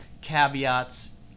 caveats